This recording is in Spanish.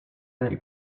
del